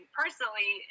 personally